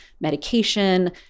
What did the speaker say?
medication